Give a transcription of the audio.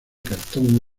cartón